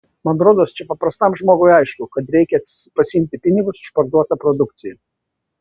man rodos čia paprastam žmogui aišku kad reikia pasiimti pinigus už parduotą produkciją